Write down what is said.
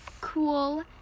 cool